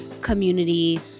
community